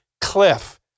cliff